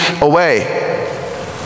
away